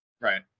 Right